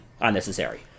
unnecessary